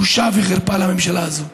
בושה וחרפה לממשלה הזאת.